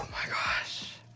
my gosh,